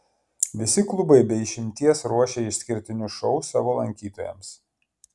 visi klubai be išimties ruošia išskirtinius šou savo lankytojams